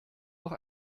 noch